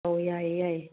ꯑꯣ ꯌꯥꯏꯌꯦ ꯌꯥꯏꯌꯦ